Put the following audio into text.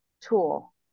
tool